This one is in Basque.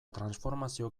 transformazio